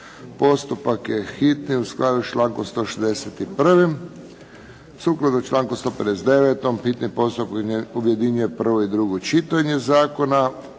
Postupak je hitni u skladu sa člankom 161. Sukladno članku 159. hitni postupak objedinjuje prvo i drugo čitanje zakona.